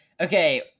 okay